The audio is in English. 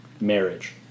marriage